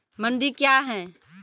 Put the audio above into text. मंडी क्या हैं?